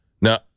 Now